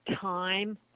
time